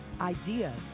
ideas